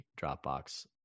Dropbox